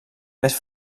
més